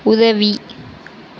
உதவி